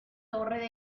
torre